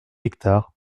hectares